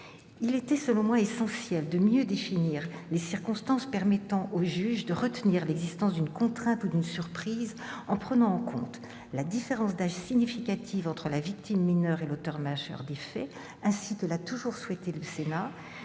Il était, selon moi, essentiel de mieux définir les circonstances permettant au juge de retenir l'existence d'une contrainte ou d'une surprise, en prenant en compte la différence d'âge significative entre la victime mineure et l'auteur majeur des faits, ainsi que l'a toujours souhaité le Sénat,